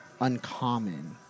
uncommon